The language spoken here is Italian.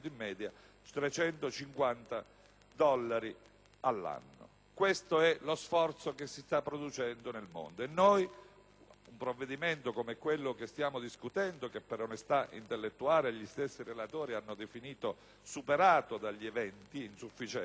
350 dollari all'anno. Questo è lo sforzo che si sta producendo nel mondo. Per quanto ci riguarda, approviamo un provvedimento come quello che stiamo discutendo, che per onestà intellettuale gli stessi relatori hanno definito superato dagli eventi e insufficiente,